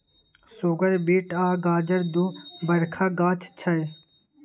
सुगर beet आ गाजर दु बरखा गाछ छै